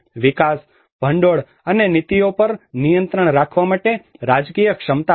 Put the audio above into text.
વિકાસ ભંડોળ અને નીતિઓ પર નિયંત્રણ રાખવા માટે રાજકીય ક્ષમતા છે